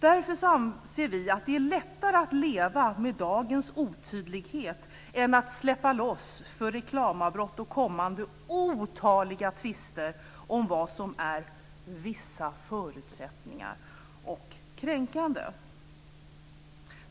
Därför anser vi att det är lättare att leva med dagens otydlighet än att släppa loss för reklamavbrott och kommande otaliga tvister om vad som är "vissa förutsättningar" och kränkande.